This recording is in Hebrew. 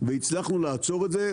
והצלחנו לעצור את זה,